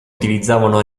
utilizzavano